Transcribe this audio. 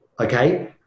Okay